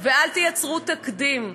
אל תייצרו תקדים.